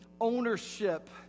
ownership